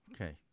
Okay